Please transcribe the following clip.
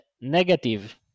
negative